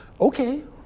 Okay